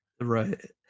Right